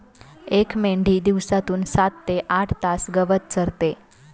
एक मेंढी दिवसातून सात ते आठ तास गवत चरते